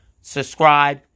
subscribe